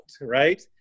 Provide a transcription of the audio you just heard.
Right